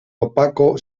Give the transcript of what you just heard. opaco